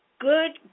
Good